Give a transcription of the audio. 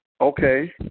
Okay